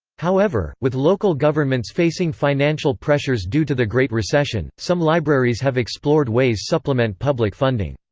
however, with local governments facing financial pressures due to the great recession, some libraries have explored ways supplement public funding.